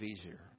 easier